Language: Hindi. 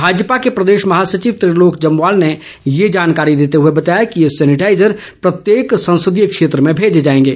भाजपा के प्रदेश महासचिव त्रिलोक जम्वाल ने ये जानकारी देते हुए बताया कि ये सैनिटाईजर प्रत्येक संसदीय क्षेत्र में भेजे जाएंगे